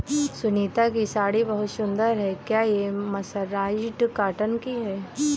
सुनीता की साड़ी बहुत सुंदर है, क्या ये मर्सराइज्ड कॉटन की है?